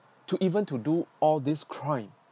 to even to do all this crime